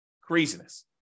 Craziness